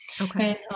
Okay